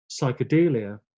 psychedelia